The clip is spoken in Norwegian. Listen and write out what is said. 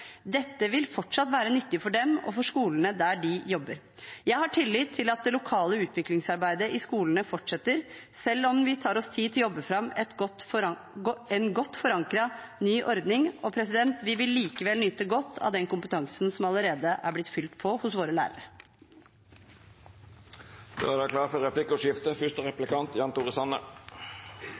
Dette vil fortsatt være nyttig for dem og skolene de jobber på. Jeg har tillit til at det lokale utviklingsarbeidet i skolene fortsetter selv om vi tar oss tid til å jobbe fram en godt forankret ny ordning. Vi vil likevel nyte godt av den kompetansen som allerede er blitt fylt på hos våre lærere. Det vert replikkordskifte. I denne saken er